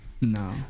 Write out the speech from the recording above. no